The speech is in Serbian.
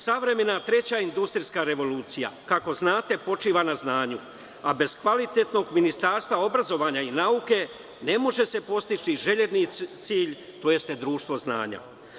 Savremena treća industrijska revolucija, kako znate, počiva na znanju, a bez kvalitetnog ministarstva obrazovanjai nauke, ne može se postići željeni cilj, to jeste društvo znanja.